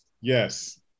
Yes